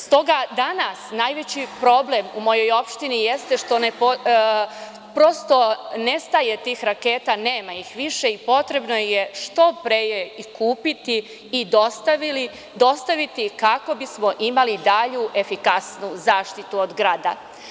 S toga danas najveći problem u mojoj opštini jeste što prosto ne staje tih raketa, nema ih više i potrebno je što pre ih kupiti i dostaviti kako bismo imali dalju efikasnu zaštitu od grada.